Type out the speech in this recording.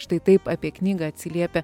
štai taip apie knygą atsiliepė